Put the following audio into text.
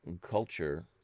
culture